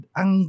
ang